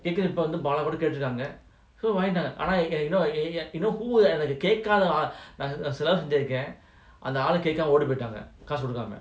கேக்குறதுஇப்பவந்துபாலாகூடகேட்ருக்காங்க:kekurathu ippa vandhu baala kooda ketrukanga you know eh you know who அந்தஆளுகேக்காமஓடிபோய்ட்டாங்ககாசுகொடுக்காம:andha aalu kekama odipoitanga kaasu kodukama